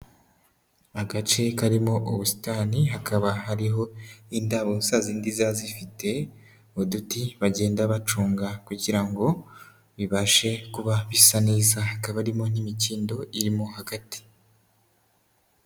Agace karimo ubusitani hakaba hariho indabo za zindi ziba zifite uduti bagenda baconga kugira ngo bibashe kuba bisa neza, hakaba harimo n'imikindo irimo hagati.